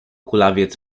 kulawiec